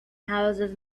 houses